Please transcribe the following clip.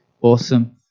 Awesome